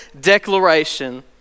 declaration